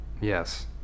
Yes